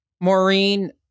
Maureen